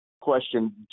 question